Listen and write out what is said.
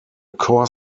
core